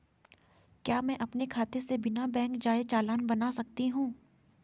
क्या मैं अपने खाते से बिना बैंक जाए चालान बना सकता हूँ?